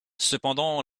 cependant